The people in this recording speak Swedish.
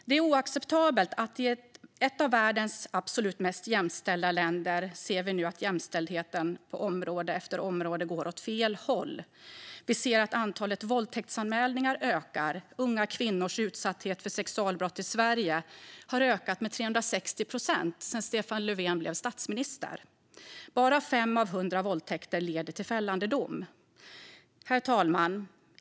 Det är oacceptabelt att vi i ett av världens absolut mest jämställda länder nu ser att jämställdheten på område efter område går åt fel håll. Antalet våldtäktsanmälningar ökar, och unga kvinnors utsatthet för sexualbrott i Sverige har ökat med 360 procent sedan Stefan Löfven blev statsminister. Bara 5 av 100 våldtäkter leder till fällande dom. Herr talman!